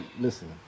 listen